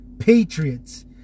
patriots